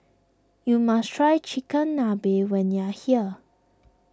you must try Chigenabe when you are here